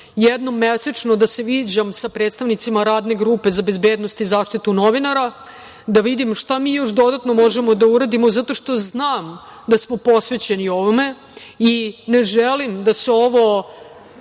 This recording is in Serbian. jednom mesečno da se viđam sa predstavnicima Radne grupe za bezbednost i zaštitu novinara, da vidim šta mi još dodatno možemo da uradimo, zato što znam da smo posvećeni ovome i ne želim da se ovo